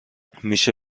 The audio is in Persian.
میشه